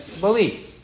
believe